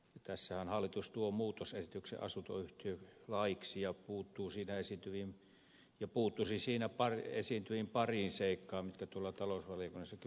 tässähän hallitus tuo muutosesityksen asuntoyhtiölaiksi ja puuttuisin siinä esiintyvään pariin seikkaan jotka tuolla talousvaliokunnassakin puhuttivat